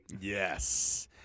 Yes